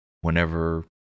whenever